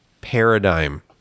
paradigm